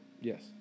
Yes